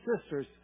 sisters